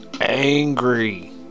angry